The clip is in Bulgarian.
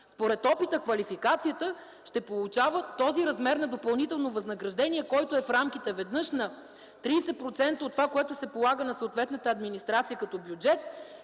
според опита и квалификацията, ще получава този размер на допълнително възнаграждение, който, веднъж е в рамките на 30% от това, което се полага на съответната администрация като бюджет